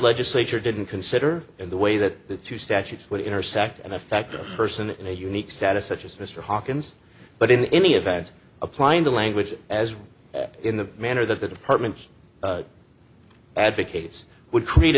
legislature didn't consider in the way that the two statutes would intersect and in fact person in a unique status such as mr hawkins but in any event applying the language as in the manner that the department advocates would create